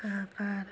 হাহাকাৰ